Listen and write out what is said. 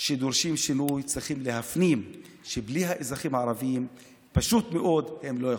שדורשים שינוי צריכים להפנים שבלי האזרחים הערבים הם פשוט לא יכולים.